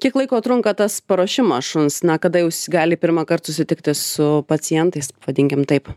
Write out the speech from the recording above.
kiek laiko trunka tas paruošimas šuns na kada jau jis gali pirmąkart susitikti su pacientais pavadinkim taip